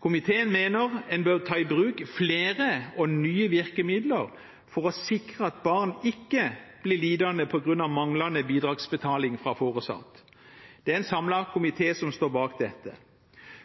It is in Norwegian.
Komiteen mener en bør ta i bruk flere og nye virkemidler for å sikre at barn ikke blir lidende på grunn av manglende bidragsbetaling fra foresatt. Det er en samlet komité som står bak dette.